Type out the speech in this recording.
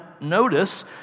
notice